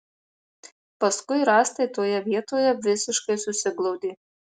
paskui rąstai toje vietoje visiškai susiglaudė